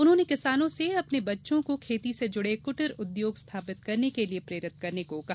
उन्होंने किसानों से अपने बच्चों को खेती से जुड़े कुटीर उद्योग स्थापित करने के लिए प्रेरित करने का कहा